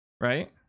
right